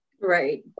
Right